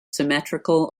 symmetrical